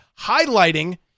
highlighting